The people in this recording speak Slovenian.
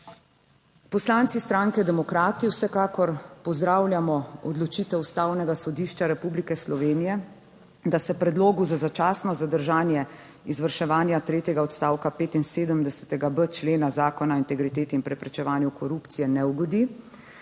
Poslanci Stranke demokrati vsekakor pozdravljamo odločitev Ustavnega sodišča Republike Slovenije, da se predlogu za začasno zadržanje izvrševanja tretjega odstavka 75.b člena Zakona o integriteti in preprečevanju korupcije ne ugodi.